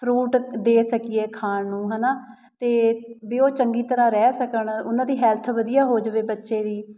fruit ਦੇ ਸਕੀਏ ਖਾਣ ਨੂੰ ਹੈ ਨਾ ਅਤੇ ਵੀ ਉਹ ਚੰਗੀ ਤਰ੍ਹਾਂ ਰਹਿ ਸਕਣ ਉਹਨਾਂ ਦੀ ਹੈਲਥ ਵਧੀਆ ਹੋ ਜਾਵੇ ਬੱਚੇ ਦੀ